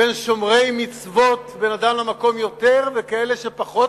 בין שומרי מצוות שבין אדם למקום יותר ובין כאלה שפחות